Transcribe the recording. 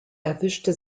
erwischte